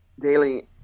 daily